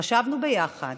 חשבנו ביחד,